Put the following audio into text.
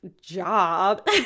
job